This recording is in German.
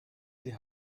sie